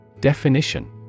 Definition